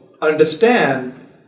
understand